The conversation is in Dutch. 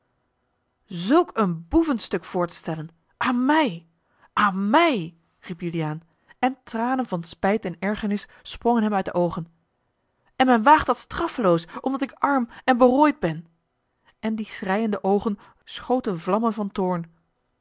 zulk een boevenstuk voor te stellen aan mij aan mij riep juliaan en tranen van spijt en ergernis sprongen hem uit de oogen en men waagt dat straffeloos omdat ik arm en berooid ben en die schreiende oogen schoten vlammen van toorn